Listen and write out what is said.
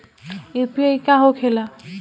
UPI का होखेला?